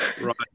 Right